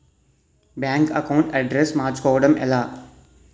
Bank account address మార్చుకోవడం ఎలా?